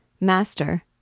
Master